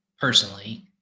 personally